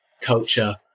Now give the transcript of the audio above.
culture